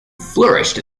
flourished